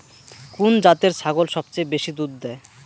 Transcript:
কুন জাতের ছাগল সবচেয়ে বেশি দুধ দেয়?